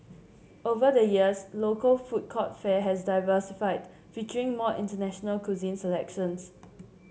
over the years local food court fare has diversified featuring more international cuisine selections